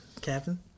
Captain